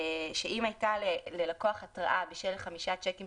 כך שאם הייתה ללקוח התראה בשל חמישה צ'קים